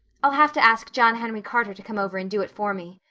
i'll have to ask john henry carter to come over and do it for me.